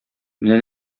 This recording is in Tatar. менә